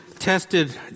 tested